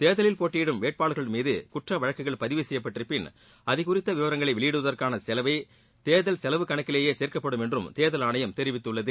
தேர்தலில் போட்டியிடும் வேட்பாளர்கள் மீது குற்ற வழக்குகள் பதிவு செய்யப்பட்டிருப்பின் அது குறித்த விவரங்களை வெளியிடுவதற்கான செலவை தேர்தல் செலவு கணக்கிலேயே சேர்க்கப்படும் என்றும் தேர்தல் ஆணையம் தெரிவித்துள்ளது